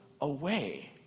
away